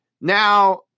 Now